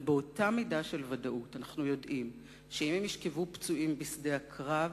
אבל באותה מידה של ודאות אנחנו יודעים שאם הם ישכבו פצועים בשדה הקרב,